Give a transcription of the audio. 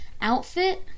outfit